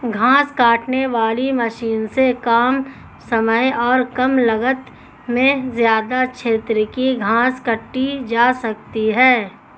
घास काटने वाली मशीन से कम समय और कम लागत में ज्यदा क्षेत्र की घास काटी जा सकती है